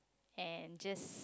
and just